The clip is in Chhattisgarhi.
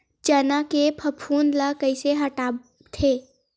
चना के फफूंद ल कइसे हटाथे?